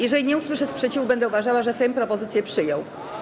Jeżeli nie usłyszę sprzeciwu, będę uważała, że Sejm propozycję przyjął.